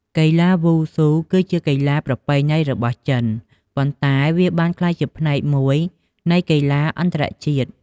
កីឡាវ៉ូស៊ូគឺជាកីឡាប្រពៃណីរបស់ចិន ប៉ុន្តែវាបានក្លាយជាផ្នែកមួយនៃកីឡាអន្តរជាតិ។